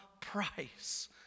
price